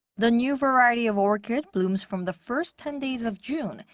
the new variety of orchid blooms from the first ten days of june,